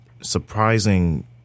surprising